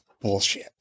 bullshit